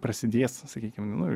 prasidės sakykim nu